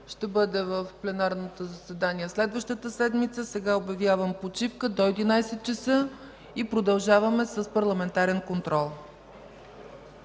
ще бъде в пленарното заседание следващата седмица. Сега обявявам почивка до 11,00 ч. и продължаваме с парламентарен контрол.